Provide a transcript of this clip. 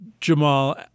Jamal